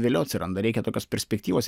vėliau atsiranda reikia tokios perspektyvos